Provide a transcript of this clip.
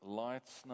lights